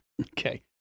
Okay